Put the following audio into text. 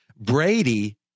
Brady